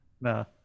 no